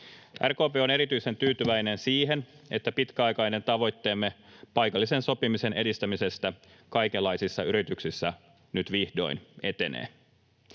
RKP on erityisen tyytyväinen siihen, että pitkäaikainen tavoitteemme paikallisen sopimisen edistämisestä kaikenlaisissa yrityksissä nyt vihdoin etenee.